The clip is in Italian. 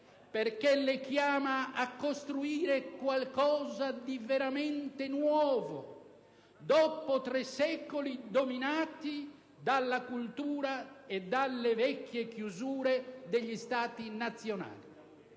perché le chiama a costruire qualcosa di veramente nuovo dopo tre secoli dominati dalla cultura e dalle vecchie chiusure degli Stati nazionali.